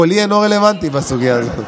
קולי לא רלוונטי בסוגיה הזאת.